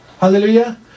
Hallelujah